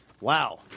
Wow